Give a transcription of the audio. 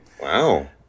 Wow